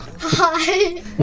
Hi